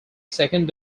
second